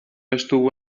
estuvo